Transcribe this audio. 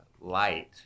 light